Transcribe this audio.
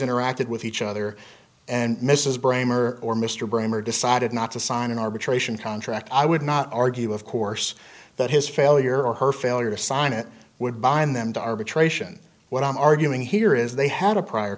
interacted with each other and mrs bramer or mr brymer decided not to sign an arbitration contract i would not argue of course that his failure or her failure to sign it would bind them to arbitration what i'm arguing here is they had a prior